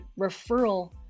referral